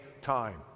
time